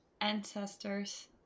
ancestors